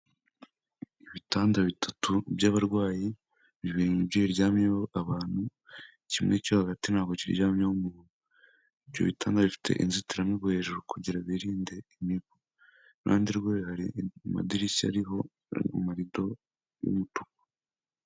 Ibitanda bitatu byabarwayi bibiri nibyo biryamyeho abantu, kimwe cyo hagati ntabwo kiryamyeho umuntu, ibyo bitanda bifite inzitiramibu hejuru kugira birinde imibu, iruhande rwayo hari amadirishya ariho amarido y'umutuku.